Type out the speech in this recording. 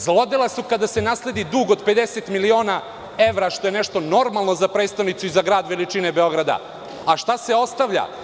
Zlodela su kada se nasledi dug od 50 miliona evra, što je nešto normalno za prestonicu i za grad veličine Beograda, a šta se ostavlja?